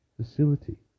facility